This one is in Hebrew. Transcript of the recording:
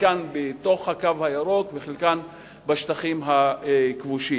חלקן בתוך "הקו הירוק" וחלקן בשטחים הכבושים.